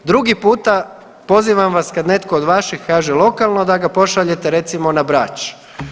Drugi puta pozivam vas kada netko od vaših kaže lokalno da ga pošaljete recimo na Brač.